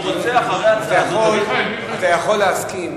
אתה יכול להסכים